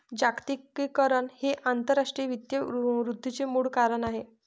जागतिकीकरण हे आंतरराष्ट्रीय वित्त वृद्धीचे मूळ कारण आहे